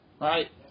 Right